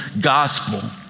gospel